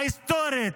ההיסטורית,